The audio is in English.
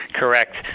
Correct